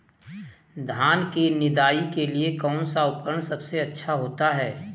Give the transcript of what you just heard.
धान की निदाई के लिए कौन सा उपकरण सबसे अच्छा होता है?